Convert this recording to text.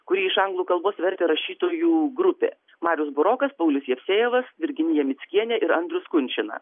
kurį iš anglų kalbos vertė rašytojų grupė marius burokas paulius jevsejevas virginija mickienė ir andrius kunčina